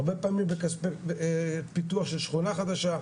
הרבה פעמים זה מכספי פיתוח של שכונה חדשה,